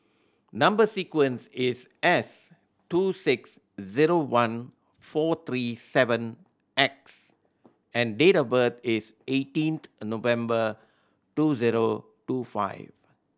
number sequence is S two six zero one four three seven X and date of birth is eighteenth November two zero two five